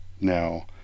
Now